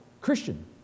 Christian